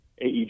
AEG